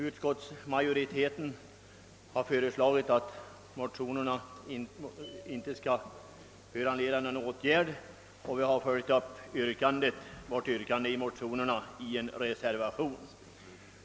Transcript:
Utskottsmajoriteten har föreslagit att motionerna inte skall föranleda någon åtgärd. För vår del har vi följt upp motionsyrkandet i en reservation.